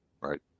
right